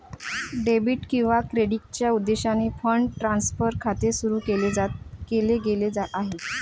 debit किंवा क्रेडिटच्या उद्देशाने फंड ट्रान्सफर खाते सुरू केले गेले आहे